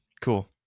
cool